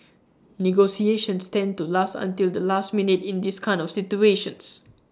negotiations tend to last until the last minute in these kind of situations